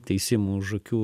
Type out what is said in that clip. teisimo už akių